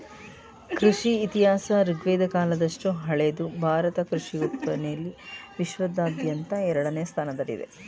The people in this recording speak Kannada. ಕೃಷಿ ಇತಿಹಾಸ ಋಗ್ವೇದ ಕಾಲದಷ್ಟು ಹಳೆದು ಭಾರತ ಕೃಷಿ ಉತ್ಪಾದನೆಲಿ ವಿಶ್ವಾದ್ಯಂತ ಎರಡನೇ ಸ್ಥಾನದಲ್ಲಿದೆ